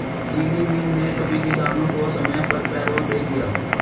चीनी मिल ने सभी किसानों को समय पर पैरोल दे दिया